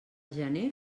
gener